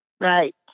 Right